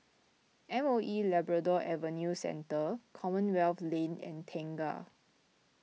M O E Labrador Adventure Centre Commonwealth Lane and Tengah